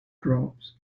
drops